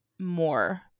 more